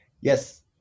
Yes